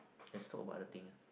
let's talk about other thing ah